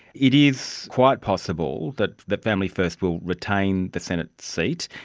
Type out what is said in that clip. it is quite possible that that family first will retain the senate seat,